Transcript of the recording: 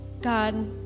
God